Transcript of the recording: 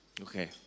Okay